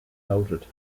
noted